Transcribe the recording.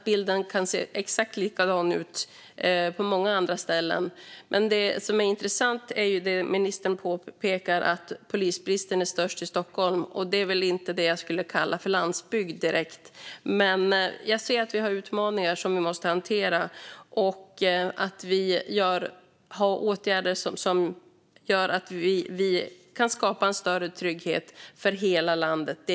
Bilden kan se exakt likadan ut på många andra ställen. Men det som är intressant är det som ministern påpekar: att polisbristen är störst i Stockholm. Det är väl inte det jag skulle kalla för landsbygd, direkt. Men jag ser att vi har utmaningar som vi måste hantera, och det är jätteviktigt att vi har åtgärder som gör att vi kan skapa en större trygghet i hela landet.